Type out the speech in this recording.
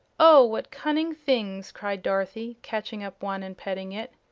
oh, what cunning things! cried dorothy, catching up one and petting it.